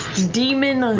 demon,